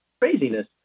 craziness